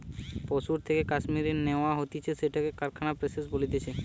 পশুর থেকে কাশ্মীর ন্যাওয়া হতিছে সেটাকে কারখানায় প্রসেস বলতিছে